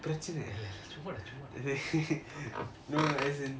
ப்ரெசன் இல்லடா சும்மாடா சும்மாடா:prechan illada summada summada